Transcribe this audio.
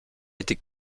était